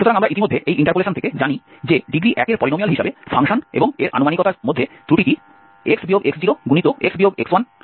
সুতরাং আমরা ইতিমধ্যে এই ইন্টারপোলেশন থেকে জানি যে ডিগ্রী 1 এর পলিনোমিয়াল হিসাবে ফাংশন এবং এর আনুমানিকতার মধ্যে ত্রুটিটি f2 দ্বারা দেওয়া হয়েছে